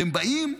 אתם באים,